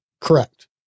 Correct